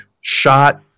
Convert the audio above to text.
shot